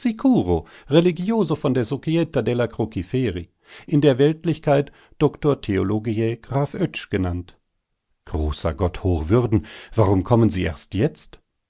religioso von der societa della crociferi in der weltlichkeit dr theol graf oetsch genannt großer gott hochwürden warum kommen sie erst jetzt